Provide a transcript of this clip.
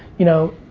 you know,